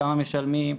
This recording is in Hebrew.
כמה משלמים,